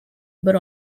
but